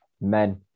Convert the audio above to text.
men